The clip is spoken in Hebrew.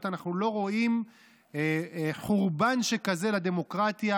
אנחנו לא רואים חורבן שכזה לדמוקרטיה.